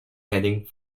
heading